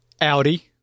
Audi